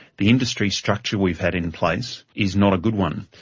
the industry structure we've had in place is not a good one.